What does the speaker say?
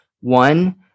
One